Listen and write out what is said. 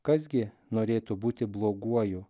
kas gi norėtų būti bloguoju